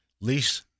lease